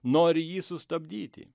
nori jį sustabdyti